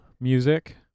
music